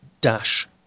dash